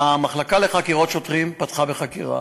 המחלקה לחקירות שוטרים פתחה בחקירה.